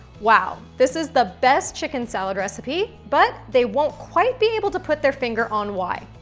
wow, this is the best chicken salad recipe, but they won't quite be able to put their finger on why.